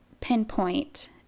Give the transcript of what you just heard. pinpoint